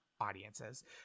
audiences